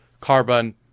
carbon